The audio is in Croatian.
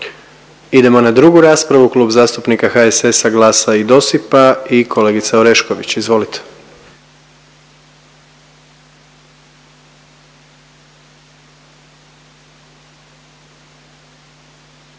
Idemo na 2. raspravu, Klub zastupnika HSS-a, GLAS-a i DOSIP-a i kolegica Orešković, izvolite.